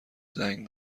زنگ